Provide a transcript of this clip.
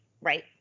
Right